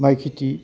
माइ खेथि